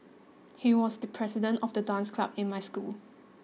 he was the president of the dance club in my school